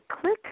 click